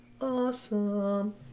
awesome